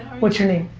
what's your name?